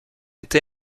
été